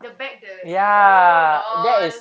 the bag the oh LOL